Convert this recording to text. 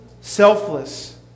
Selfless